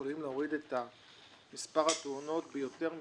יכולים להוריד את מספר התאונות ביותר מ-50%.